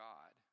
God